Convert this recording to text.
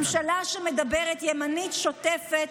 ממשלה שמדברת ימנית שוטפת,